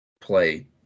play